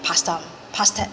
past~ past~